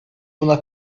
buna